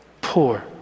poor